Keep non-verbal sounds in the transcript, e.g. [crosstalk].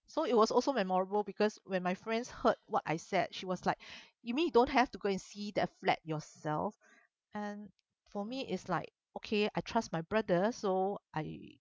so it was also memorable because when my friends heard what I said she was like [breath] you mean you don't have to go and see the flat yourself and for me it's like okay I trust my brother so I